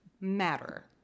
matter